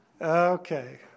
okay